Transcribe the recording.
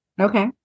Okay